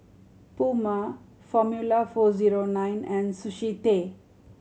Puma Formula Four Zero Nine and Sushi Tei